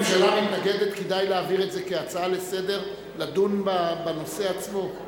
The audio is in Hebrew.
אם הממשלה מתנגדת כדאי להעביר את זה כהצעה לסדר-היום לדון בנושא עצמו.